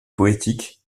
poétique